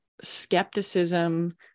skepticism